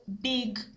big